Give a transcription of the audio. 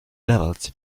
levels